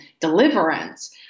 Deliverance